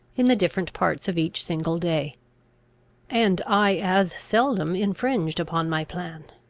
in the different parts of each single day and i as seldom infringed upon my plan.